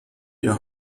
ihr